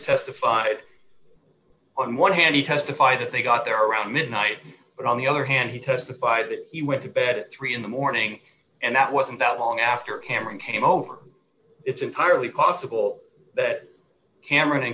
testified on one hand he testified that they got there around midnight but on the other hand he testified that he went to bed at three in the morning and that wasn't that long after cameron came over it's entirely possible that cameron and